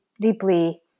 deeply